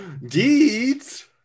Deeds